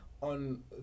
on